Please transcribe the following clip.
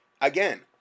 Again